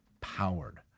powered